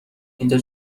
اینجا